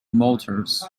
motors